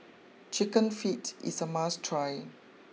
Chicken Feet is a must try